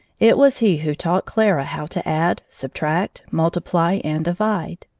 it was he who taught clara how to add, subtract, multiply, and divide.